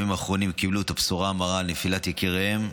שבימים האחרונים קיבלו את הבשורה המרה על נפילת יקיריהן,